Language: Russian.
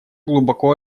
глубоко